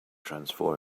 transform